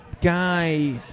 guy